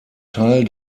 teil